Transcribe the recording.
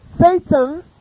Satan